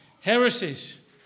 heresies